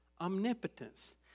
Omnipotence